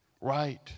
right